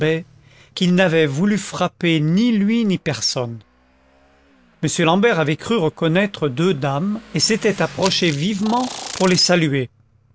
gu'il n'avait voulu frapper ni lui ni personne m l'ambert avait cru reconnaître deux dames et s'était approché vivement pour les saluer